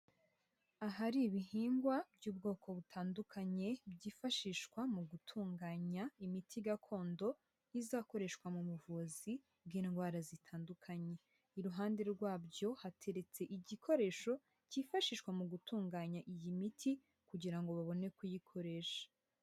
Ahari ibihingwa by'ubwoko butandukanye byifashishwa mu gutunganya imiti gakondo, izakoreshwa mu buvuzi bw'indwara zitandukanye. Iruhande rwabyo hateretse igikoresho cyifashishwa mu gutunganya iyi miti kugira ngo babone kuyikoresha.